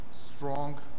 strong